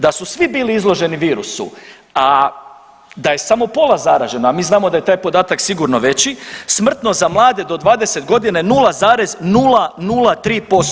Da su svi bili izloženi virusu, a da je samo pola zaraženo, a mi znamo da je taj podatak sigurno veći smrtnost za mlade do 20 godina je 0,003%